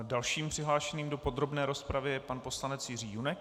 Dalším přihlášeným do podrobné rozpravy je pan poslanec Jiří Junek.